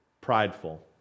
Prideful